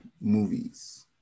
movies